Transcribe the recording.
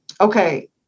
Okay